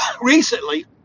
Recently